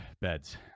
beds